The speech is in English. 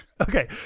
Okay